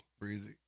breezy